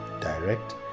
direct